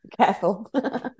Careful